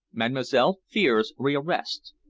mademoiselle fears rearrest,